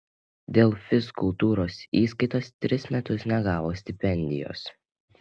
dėl fizkultūros įskaitos tris metus negavo stipendijos